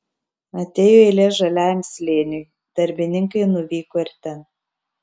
atėjo eilė žaliajam slėniui darbininkai nuvyko ir ten